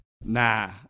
nah